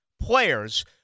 players